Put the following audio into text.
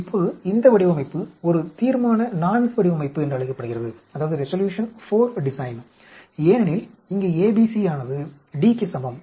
இப்போது இந்த வடிவமைப்பு ஒரு தீர்மான IV வடிவமைப்பு என்று அழைக்கப்படுகிறது ஏனெனில் இங்கே ABC ஆனது D க்கு சமம்